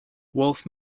wolfe